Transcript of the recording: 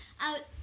out